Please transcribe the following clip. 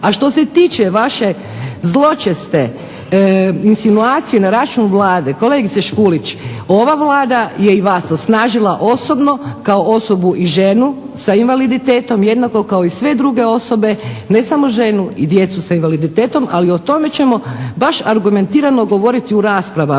A što se tiče vaše zločeste insinuacije na račun Vlade, kolegice Škulić ova Vlada je i vas osnažila osobno kao osobu i ženu sa invaliditetom jednako kao i sve druge osobe, ne samo ženu i djecu sa invaliditetom, ali o tome ćemo baš argumentirano govoriti u raspravama.